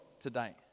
today